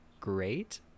great